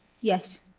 Yes